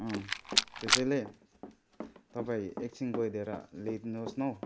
अँ त्यसैले तपाईँ एकछिन गइदिएर ल्याइदिनुहोस् न हौ